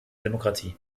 demokratie